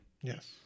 Yes